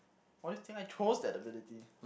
what you think I chose that ability